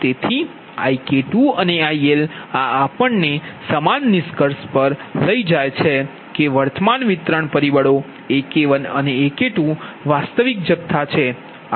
તેથી IK2 અને IL આ આપણને સમાન નિષ્કર્ષ પર લઈ જાય છે કે વર્તમાન વિતરણ પરિબળો AK1 અને AK2વાસ્તવિક જથ્થા છે